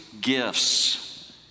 gifts